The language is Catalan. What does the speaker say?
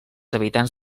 habitants